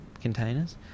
containers